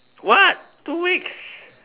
what two weeks